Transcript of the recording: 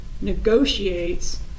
negotiates